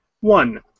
One